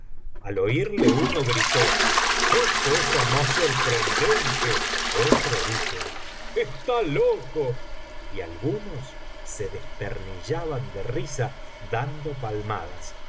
al oirle uno gritó qué cosa más sorprendente otro dijo está loco y algunos se desternillaban de risa dando palmadas y